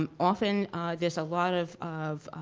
um often there's a lot of of